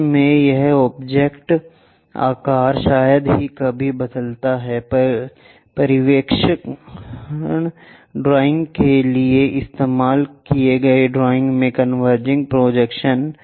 उस में यह ऑब्जेक्ट आकार शायद ही कभी बदलता है परिप्रेक्ष्य ड्राइंग के लिए इस्तेमाल किया ड्राइंग में कन्वर्जिंग प्रोजेक्शन्स